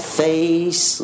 face